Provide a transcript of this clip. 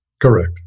Correct